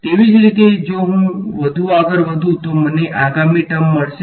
તેવી જ રીતે જો હું વધુ આગળ વધું તો મને આગામી ટર્મ મળશે